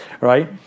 Right